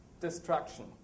destruction